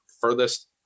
furthest